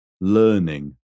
learning